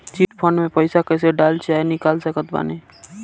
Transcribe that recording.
Chit fund मे पईसा कईसे डाल चाहे निकाल सकत बानी?